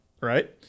right